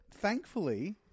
thankfully